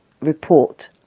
report